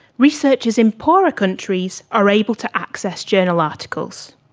researchers in poorer countries are able to access journal articles.